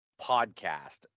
podcast